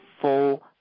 full